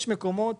יש מקומות,